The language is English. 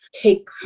take